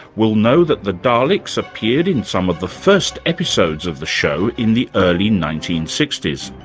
will know that the daleks appeared in some of the first episodes of the show in the early nineteen sixty s.